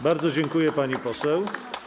Bardzo dziękuję, pani poseł.